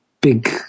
big